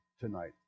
tonight